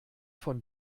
von